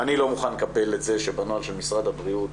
אני לא מוכן לקבל את זה שבנוהל של משרד הבריאות